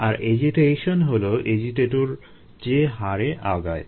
আর agitation হলো agitator যে হারে আগায়